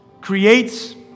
creates